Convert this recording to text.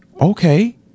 okay